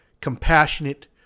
compassionate